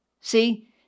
See